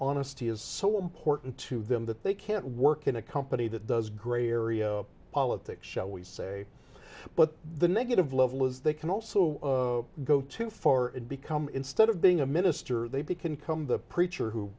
honesty is so important to them that they can't work in a company that does grey area politics shall we say but the negative level is they can also go too far and become instead of being a minister they be can come the preacher who